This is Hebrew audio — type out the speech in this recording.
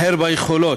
אחר ביכולות,